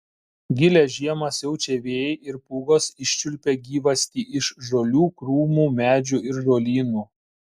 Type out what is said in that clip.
gilią žiemą siaučią vėjai ir pūgos iščiulpia gyvastį iš žolių krūmų medžių ir žolynų